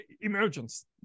emergence